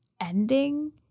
ending